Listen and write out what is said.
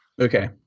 Okay